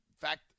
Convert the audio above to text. fact